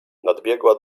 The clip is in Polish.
nadbiegła